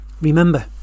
Remember